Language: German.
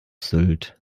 sylt